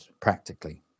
practically